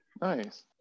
Nice